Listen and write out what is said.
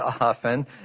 often